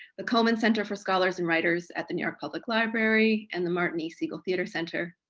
the coleman center for scholars and writers at the new york public library and the martin e. segal theater center.